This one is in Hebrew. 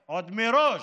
מראש,